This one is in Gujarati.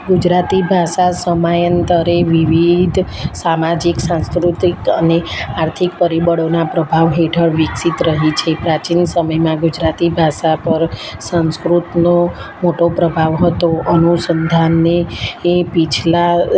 ગુજરાતી ભાષા સમયાંતરે વિવિધ સામાજિક સાંસ્કૃતિક અને આર્થિક પરિબળોના પ્રભાવ હેઠળ વિકસિત રહી છે પ્રાચીન સમયમાં ગુજરાતી ભાષા પર સંસ્કૃતનો મોટો પ્રભાવ હતો અનુસંધાનને એ પાછલાં